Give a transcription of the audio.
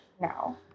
No